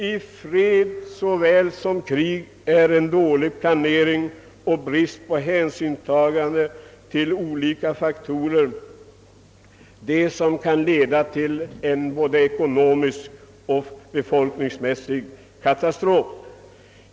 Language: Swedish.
I fred såväl som i krig är en dålig planering, med bristande hänsynstagande till olika faktorer, det som kan leda till en både ekonomisk och befolkningsmässig katastrof.